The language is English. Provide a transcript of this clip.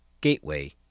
gateway